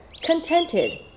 contented